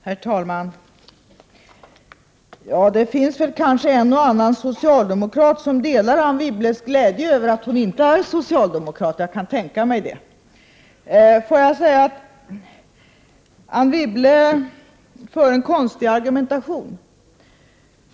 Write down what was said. Herr talman! Det finns kanske en och annan socialdemokrat som delar Anne Wibbles glädje över att hon inte är socialdemokrat — jag kan tänka mig det. Anne Wibble för en konstig argumentation.